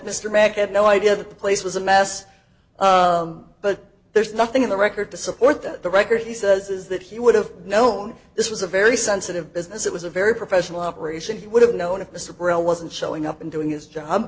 mr mack had no idea that the place was a mess but there's nothing in the record to support that the record he says is that he would have known this was a very sensitive business it was a very professional operation he would have known if this real wasn't showing up and doing his job